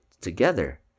together